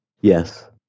Yes